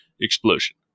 explosion